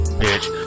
bitch